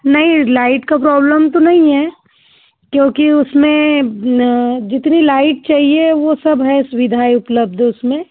नहीं लाइट का प्रॉब्लम तो नहीं है क्योंकि उसमें जितनी लाइट चाहिए वो सब है सुविधा उपलब्ध उसमें